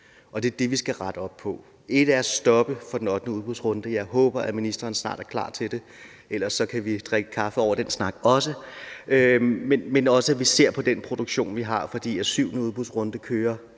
det er det, vi skal rette op på. Ét er at stoppe for den ottende udbudsrunde – jeg håber, at ministeren snart er klar til det, for ellers kan vi også drikke kaffe over den snak – men noget andet er, at vi også ser på den produktion, vi har, for syvende udbudsrunde kører